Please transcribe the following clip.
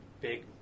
big